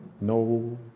No